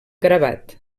gravat